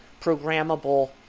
programmable